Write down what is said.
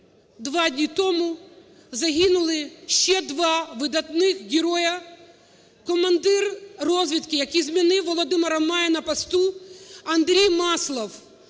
два дні тому загинули ще два видатних героя. Командир розвідки, який змінив Володимира "Мая" на посту Андрій Маслов.